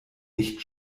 nicht